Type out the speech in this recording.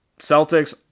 Celtics